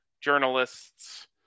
journalists